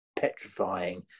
petrifying